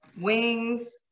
wings